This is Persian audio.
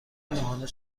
ماهانه